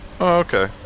Okay